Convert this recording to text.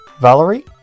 Valerie